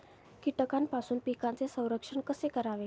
कीटकांपासून पिकांचे संरक्षण कसे करावे?